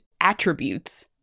attributes